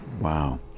Wow